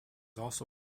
also